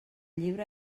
llibre